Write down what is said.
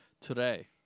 today